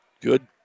Good